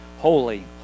holy